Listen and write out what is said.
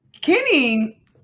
Kenny